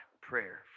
prayer